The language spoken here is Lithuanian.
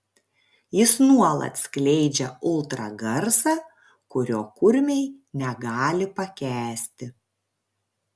jis nuolat skleidžia ultragarsą kurio kurmiai negali pakęsti